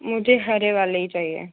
मुझे हरे वाले ही चाहिए